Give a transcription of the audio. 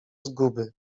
zguby